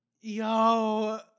Yo